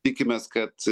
tikimės kad